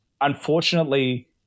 unfortunately